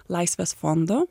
laisvės fondo